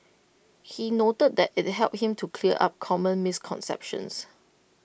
he noted that IT helped him to clear up common misconceptions